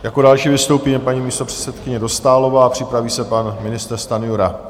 Jako další vystoupí paní místopředsedkyně Dostálová a připraví se pan ministr Stanjura.